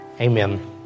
Amen